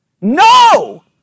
No